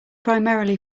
primarily